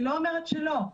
אני לא אומרת שלא.